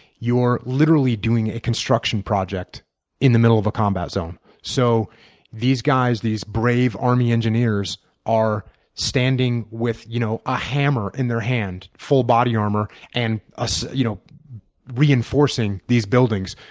you're literally doing a construction project in the middle of a combat zone. so these guys, these brave army engineers are standing with you know a hammer in their hand, full body armor, and reinforcing you know reinforcing these buildings,